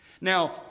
Now